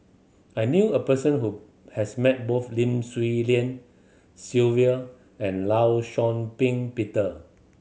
I knew a person who has met both Lim Swee Lian Sylvia and Law Shau Ping Peter